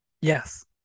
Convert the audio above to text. yes